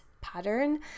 pattern